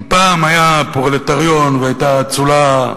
אם פעם היה פרולטריון, והיתה אצולה,